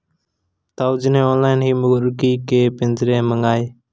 ताऊ जी ने ऑनलाइन ही मुर्गी के पिंजरे मंगाए